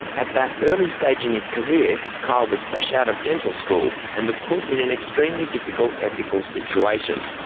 at that early stage in his career, kyle was fresh out of dental school and was put in an extremely difficult ethical situation.